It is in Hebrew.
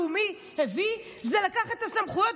לאומי הביא זה לקחת את הסמכויות,